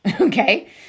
okay